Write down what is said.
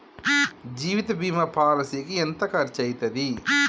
జీవిత బీమా పాలసీకి ఎంత ఖర్చయితది?